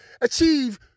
achieve